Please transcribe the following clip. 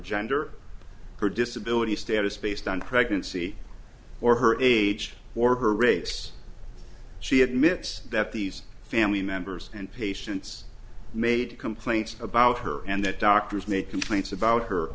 gender her disability status based on pregnancy or her age or her rates she admits that these family members and patients made complaints about her and that doctors made complaints about her